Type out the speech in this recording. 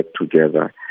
together